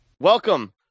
Welcome